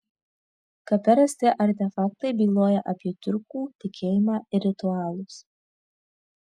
kape rasti artefaktai byloja apie tiurkų tikėjimą ir ritualus